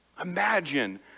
Imagine